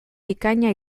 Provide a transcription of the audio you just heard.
bikaina